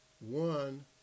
one